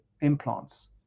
implants